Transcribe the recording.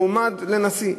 על מועמד לנשיא.